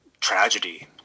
tragedy